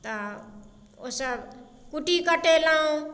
तऽ ओ सब कुट्टी कटलहुॅं